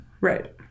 Right